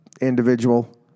Individual